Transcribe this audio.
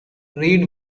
read